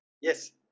Yes